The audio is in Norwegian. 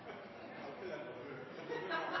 Ja, det er